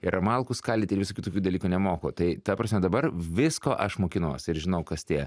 ir malkų skaldyti ir visokių tokių dalykų nemoku tai ta prasme dabar visko aš mokinuos ir žinau kas tie